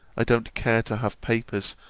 i don't care to have papers,